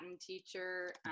teacher